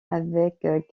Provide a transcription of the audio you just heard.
avec